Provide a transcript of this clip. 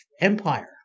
Empire